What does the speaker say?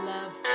Love